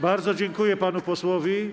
Bardzo dziękuję panu posłowi.